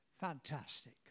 Fantastic